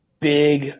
big